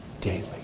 daily